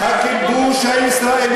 הם חזרו,